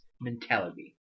mentality